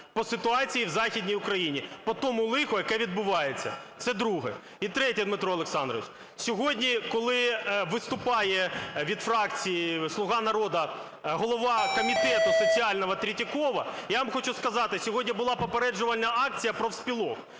по ситуації у Західній Україні, по тому лиху, яке відбувається. Це друге. І третє. Дмитро Олександрович, сьогодні, коли виступає від фракції "Слуга народу" голова комітету соціального Третьякова, я вам хочу сказати, сьогодні була попереджувальна акція профспілок.